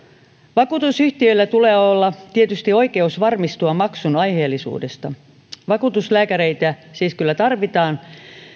vakuutusyhtiöillä tulee olla tietysti oikeus varmistua maksun aiheellisuudesta vakuutuslääkäreitä siis kyllä tarvitaan